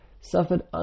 suffered